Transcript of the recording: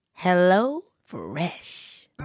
HelloFresh